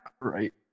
Right